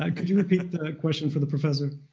um could you repeat the question for the professor?